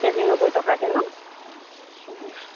KG নব্বৈ টকাকৈ ন অঁ